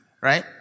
right